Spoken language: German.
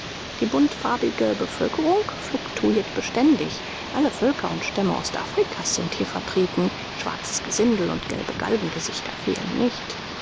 die buntfarbige bevölkerung fluktuiert beständig alle völker und stämme ostafrikas sind hier vertreten schwarzes gesindel und gelbe galgengesichter fehlen nicht